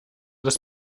das